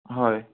হয়